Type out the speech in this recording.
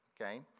Okay